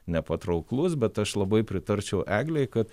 nepatrauklus bet aš labai pritarčiau eglei kad